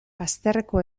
bazterreko